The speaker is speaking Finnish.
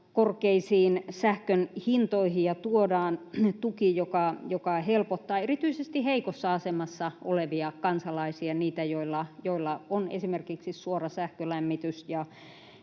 korkeisiin sähkön hintoihin ja tuodaan tuki, joka helpottaa erityisesti heikossa asemassa olevia kansalaisia, niitä, joilla on esimerkiksi suora sähkölämmitys ja